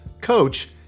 coach